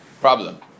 Problem